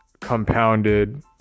compounded